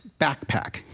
backpack